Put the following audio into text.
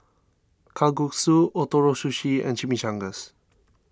Kalguksu Ootoro Sushi and Chimichangas